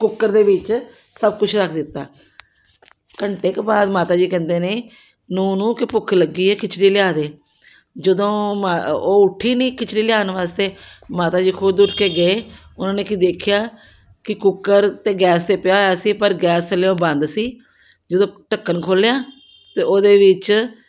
cooker ਦੇ ਵਿੱਚ ਸਭ ਕੁਛ ਰੱਖ ਦਿੱਤਾ ਘੰਟੇ ਕੁ ਬਾਅਦ ਮਾਤਾ ਜੀ ਕਹਿੰਦੇ ਨੇ ਨੂੰਹ ਨੂੰ ਕਿ ਭੁੱਖ ਲੱਗੀ ਹੈ ਖਿਚੜੀ ਲਿਆ ਦੇ ਜਦੋਂ ਮਾ ਉਹ ਉੱਠੀ ਨਹੀਂ ਖਿਚੜੀ ਲਿਆਉਣ ਵਾਸਤੇ ਮਾਤਾ ਜੀ ਖੁਦ ਉਠ ਕੇ ਗਏ ਉਹਨਾਂ ਨੇ ਕੀ ਦੇਖਿਆ ਕਿ ਕੁੱਕਰ ਤਾਂ ਗੈਸ 'ਤੇ ਪਿਆ ਹੋਇਆ ਸੀ ਪਰ ਗੈਸ ਥੱਲਿਓਂ ਬੰਦ ਸੀ ਜਦੋਂ ਢੱਕਣ ਖੋਲ੍ਹਿਆ ਤਾਂ ਉਹਦੇ ਵਿੱਚ